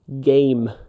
game